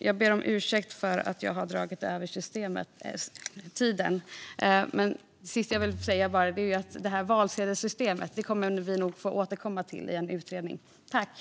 Jag ber om ursäkt för att jag har dragit över tiden. Det sista jag vill säga är att vi nog kommer att få återkomma till valsedelssystemet i en utredning.